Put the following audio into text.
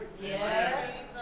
Yes